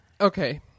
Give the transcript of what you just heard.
okay